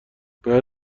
باید